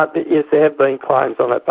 but but yeah there have been claims on that but